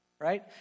Right